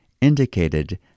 indicated